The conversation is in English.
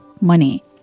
money